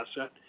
asset